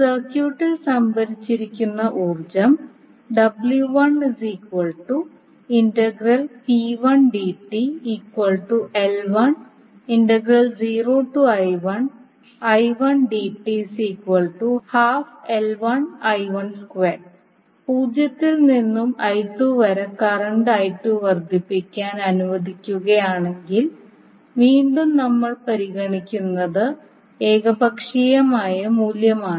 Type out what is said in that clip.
സർക്യൂട്ടിൽ സംഭരിച്ചിരിക്കുന്ന ഊർജ്ജം 0 ൽ നിന്ന് വരെ കറന്റ് വർദ്ധിപ്പിക്കാൻ അനുവദിക്കുകയാണെങ്കിൽ വീണ്ടും നമ്മൾ പരിഗണിക്കുന്നത് ഏകപക്ഷീയമായ മൂല്യമാണ്